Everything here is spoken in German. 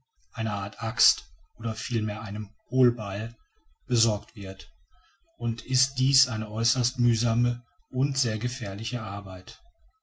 einer art axt oder vielmehr einem hohlbeil besorgt wird und ist dies eine äußerst mühsame und sehr gefährliche arbeit